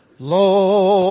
Lord